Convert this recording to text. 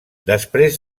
després